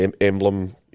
Emblem